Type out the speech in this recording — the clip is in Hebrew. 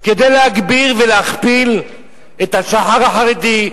כדי להגביר ולהכפיל את השח"ר החרדי,